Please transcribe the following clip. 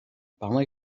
panne